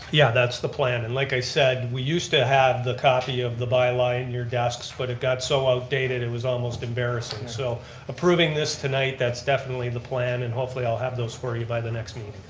yeah, that's the plan and like i said, we used to have the copy of the bylaw in your desk, but it got so outdated, it was almost embarrassing. so approving this tonight, that's definitely the plan and hopefully i'll have those for you by the next meeting.